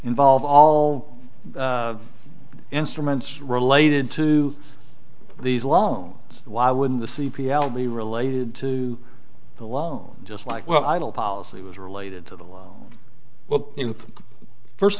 involve all instruments related to these loans why wouldn't the c p l be related to the loan just like well idle policy was related to the law well first